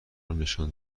نشان